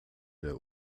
der